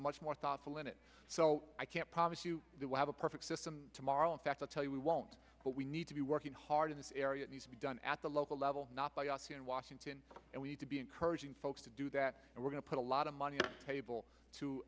much more thoughtful in it so i can't promise you that we have a perfect system tomorrow in fact i tell you we won't but we need to be working hard in this area it needs to be done at the local level not in washington and we need to be encouraging folks to do that and we're going to put a lot of money